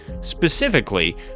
Specifically